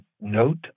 Note